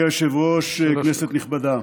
אדוני היושב-ראש, כנסת נכבדה,